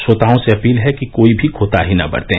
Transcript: श्रोताओं से अपील है कि कोई भी कोताही न बरतें